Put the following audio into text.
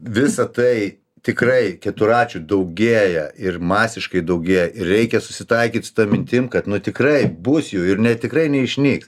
visa tai tikrai keturračių daugėja ir masiškai daugėja ir reikia susitaikyt su ta mintim kad nu tikrai bus jų ir ne tikrai neišnyks